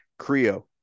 Creo